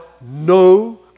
no